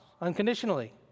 unconditionally